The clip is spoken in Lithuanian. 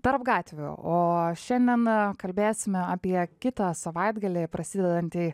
tarp gatvių o šiandieną kalbėsime apie kitą savaitgalį prasidedantį